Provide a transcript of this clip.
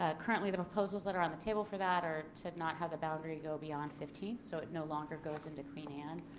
ah currently the proposals that are on the table for that ate to not have the boundary go beyond fifteenth. so it no longer goes into queen anne